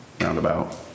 Roundabout